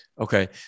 Okay